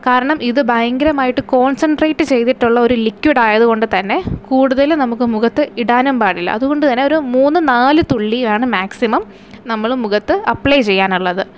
കാരണം ഇത് ഭയങ്കരമായിട്ട് കോൺസൻ്ററേറ്റ് ചെയ്തിട്ടുള്ള ഒരു ലിക്വിഡ് ആയതുകൊണ്ട് തന്നെ കൂടുതല് നമുക്ക് മുഖത്ത് ഇടാനും പാടില്ല അതുകൊണ്ട് തന്നെ ഒരു മൂന്ന് നാല് തുള്ളി ആണ് മാക്സിമം നമ്മള് മുഖത്ത് അപ്ലൈ ചെയ്യാനുള്ളത്